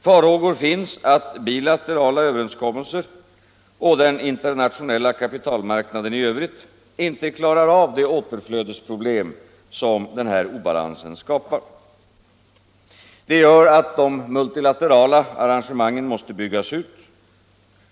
Farhågor finns att bilaterala överenskommelser och den internationella kapitalmarknaden i övrigt inte klarar av det återflödesproblem som den här obalansen skapar. Det gör att de multilaterala arrangemangen måste byggas ut.